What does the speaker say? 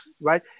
right